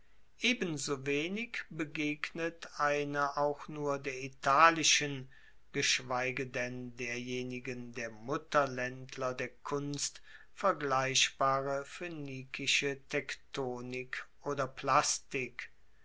ebensowenig begegnet eine auch nur der italischen geschweige denn derjenigen der mutterlaender der kunst vergleichbare phoenikische tektonik oder plastik